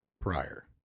prior